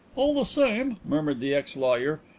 all the same, murmured the ex-lawyer,